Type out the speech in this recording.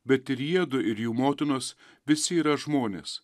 bet ir jiedu ir jų motinos visi yra žmonės